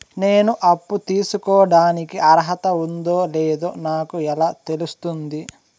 నేను అప్పు తీసుకోడానికి అర్హత ఉందో లేదో నాకు ఎలా తెలుస్తుంది?